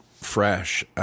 fresh